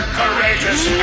courageous